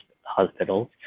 hospitals